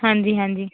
ਹਾਂਜੀ ਹਾਂਜੀ